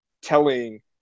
telling